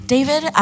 David